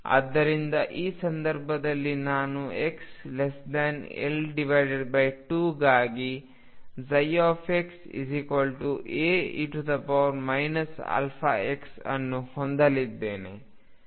ಆದ್ದರಿಂದ ಈ ಸಂದರ್ಭದಲ್ಲಿ ನಾನು xL2 ಗಾಗಿ xA e αx ಅನ್ನು ಹೊಂದಲಿದ್ದೇನೆ